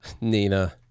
Nina